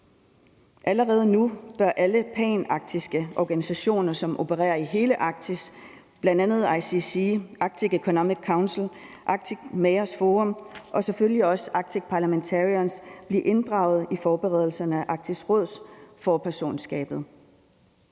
Allerede nu bør alle panarktiske organisationer, som opererer i hele Arktis, bl.a. ICC, Arctic Economic Council, Arctic Mayors' Forum og selvfølgelig også Arctic Parliamentarians, blive inddraget i forberedelserne af Arktisk Råd-forpersonskabet.